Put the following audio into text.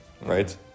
right